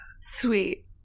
Sweet